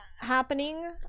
happening